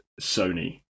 Sony